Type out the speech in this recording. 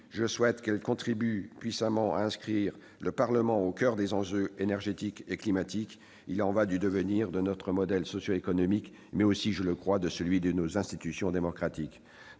Je souhaite qu'elle contribue puissamment à inscrire le Parlement au coeur des enjeux énergétiques et climatiques. Il y va du devenir de notre modèle socio-économique, mais aussi, je le crois, de celui de nos institutions démocratiques !